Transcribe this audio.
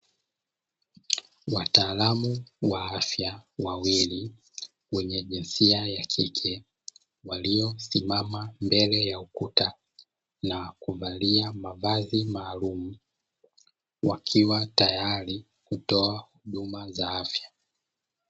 Wataalamu wa afya wawili wenye jinsia ya kike walio simama mbele ya ukuta na kuvalia mavazi maalumu, wakiwa tayari kutoa huduma za afya.